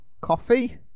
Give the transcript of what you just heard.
coffee